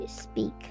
speak